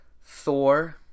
Thor